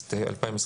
באוגוסט 2023)